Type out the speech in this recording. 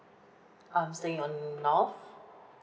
I'm staying on north